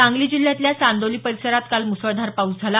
सांगली जिल्ह्यातल्या चांदोली परिसरात काल मुसळधार पाऊस झाला